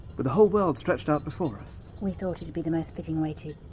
with the whole world stretched out before us. we thought it'd be the most fitting way to,